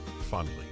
fondly